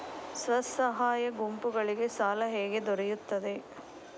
ಸ್ವಸಹಾಯ ಗುಂಪುಗಳಿಗೆ ಸಾಲ ಹೇಗೆ ದೊರೆಯುತ್ತದೆ?